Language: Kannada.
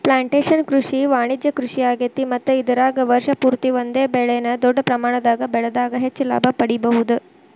ಪ್ಲಾಂಟೇಷನ್ ಕೃಷಿ ವಾಣಿಜ್ಯ ಕೃಷಿಯಾಗೇತಿ ಮತ್ತ ಇದರಾಗ ವರ್ಷ ಪೂರ್ತಿ ಒಂದೇ ಬೆಳೆನ ದೊಡ್ಡ ಪ್ರಮಾಣದಾಗ ಬೆಳದಾಗ ಹೆಚ್ಚ ಲಾಭ ಪಡಿಬಹುದ